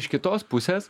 iš kitos pusės